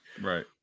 Right